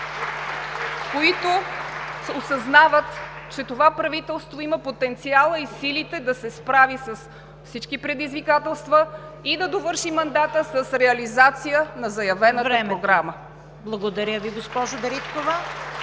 които осъзнават, че това правителство има потенциала и силите да се справи с всички предизвикателства и да довърши мандата с реализация на заявената програма. (Ръкопляскания от